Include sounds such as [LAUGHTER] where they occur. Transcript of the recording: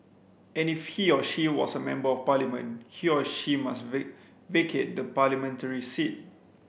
and if he or she was a Member of Parliament he or she must [UNINTELLIGIBLE] vacate the parliamentary seat